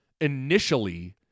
initially